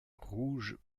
rouges